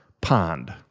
pond